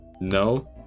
No